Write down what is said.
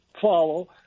follow